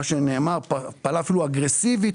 מה שנאמר, פעלה אפילו אגרסיבית.